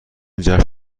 جشن